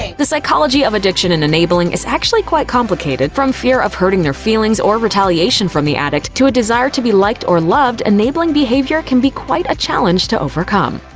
ah the psychology of addiction and enabling is actually quite complicated. from fear of hurting their feelings, or retaliation from the addict, to a desire to be liked or loved, enabling behavior can be quite a challenge to overcome.